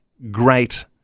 great